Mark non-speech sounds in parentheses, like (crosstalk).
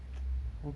(noise)